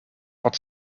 wat